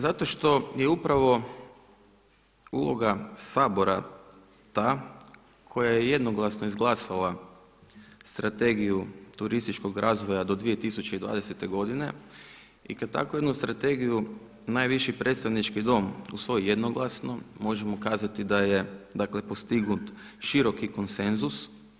Zato što je upravo uloga Sabora ta koja je jednoglasno izglasala strategiju turističkog razvoja do 2020. godine i kad takvu jednu strategiju najviši predstavnički dom usvoji jednoglasno možemo kazati da je dakle postignut široki konsenzus.